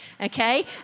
okay